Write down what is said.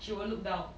she will look down